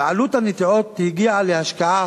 ועלות הנטיעות הגיעה להשקעה